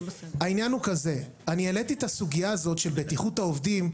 העניין הוא כזה: אני העליתי את הסוגייה הזאת של בטיחות העובדים,